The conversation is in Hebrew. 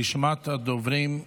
רשימת הדוברים סגורה.